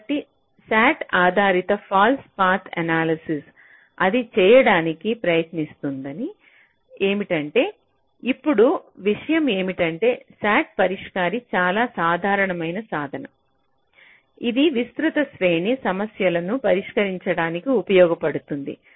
కాబట్టి SAT ఆధారిత false path analysis అది చేయడానికి ప్రయత్నిస్తున్నది ఏమిటంటే ఇప్పుడు విషయం ఏమిటంటే SAT పరిష్కారి చాలా సాధారణమైన సాధనం ఇది విస్తృత శ్రేణి సమస్యలను పరిష్కరించడానికి ఉపయోగపడుతుంది